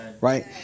right